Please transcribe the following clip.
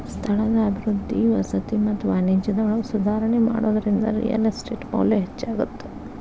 ಸ್ಥಳದ ಅಭಿವೃದ್ಧಿ ವಸತಿ ಮತ್ತ ವಾಣಿಜ್ಯದೊಳಗ ಸುಧಾರಣಿ ಮಾಡೋದ್ರಿಂದ ರಿಯಲ್ ಎಸ್ಟೇಟ್ ಮೌಲ್ಯ ಹೆಚ್ಚಾಗತ್ತ